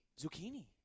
Zucchini